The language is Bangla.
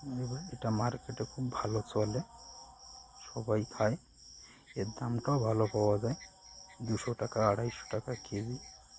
এবার এটা মার্কেটে খুব ভালো চলে সবাই খায় এর দামটাও ভালো পাওয়া যায় দুশো টাকা আড়াইশো টাকা কেজি